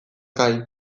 gain